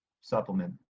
supplement